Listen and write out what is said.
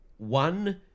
one